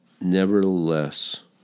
nevertheless